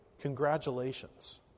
Congratulations